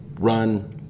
run